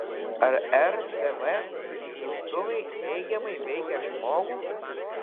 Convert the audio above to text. ar rtv siųstuvai neigiamai veikia žmogų